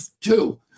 two